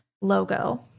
logo